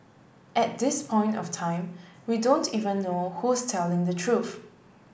at this point of time we don't even know who's telling the truth